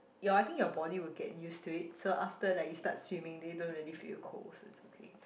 your I think your body will get used to it so after like you start swimming then you don't really feel cold so it's okay